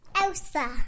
Elsa